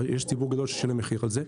יש ציבור גדול ששילם מחיר על זה.